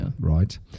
right